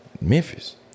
Memphis